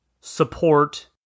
support